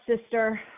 sister